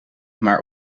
maar